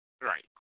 Right